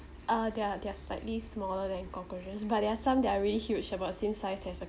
uh they are they are slightly smaller than cockroaches but there are some that are really huge about same size as a